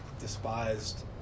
despised